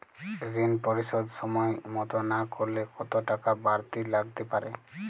ঋন পরিশোধ সময় মতো না করলে কতো টাকা বারতি লাগতে পারে?